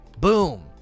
boom